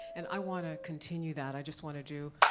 and i wanna continue that i just wanna do